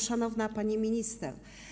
Szanowna Pani Minister!